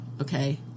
okay